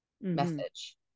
message